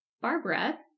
Barbara-